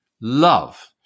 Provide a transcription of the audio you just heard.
love